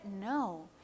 No